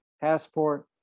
passport